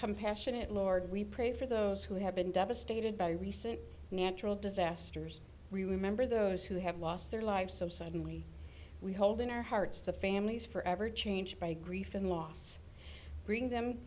compassionate lord we pray for those who have been devastated by recent natural disasters we remember those who have lost their lives so suddenly we hold in our hearts the families forever changed by grief and loss bring them